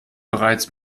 bereits